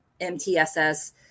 MTSS